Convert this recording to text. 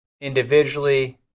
Individually